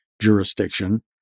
jurisdiction